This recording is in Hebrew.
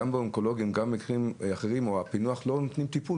גם האונקולוגיים וגם במקרים אחרים ללא הפענוח לא נותנים טיפול.